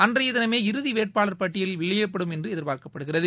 அன்றைய தினமே இறுதி வேட்பாளர் பட்டியில் வெளியிடப்படும் என்று எதிர்பார்க்கப்படுகிறது